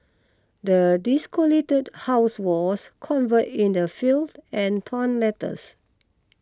the house was cover in the fill and torn letters